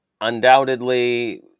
undoubtedly